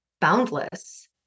boundless